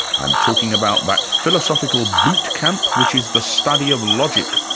i'm talking about that philosophical boot camp which is the study of logic.